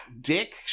Dick